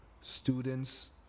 students